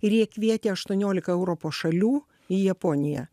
ir jie kvietė aštuoniolika europos šalių į japoniją